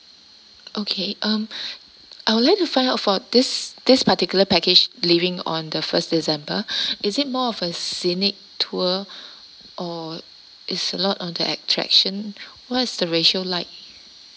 okay um I would like to find out for this this particular package leaving on the first december is it more of a scenic tour or it's a lot on the attraction what's the ratio like